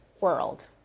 world